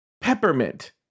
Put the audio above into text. Peppermint